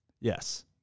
Yes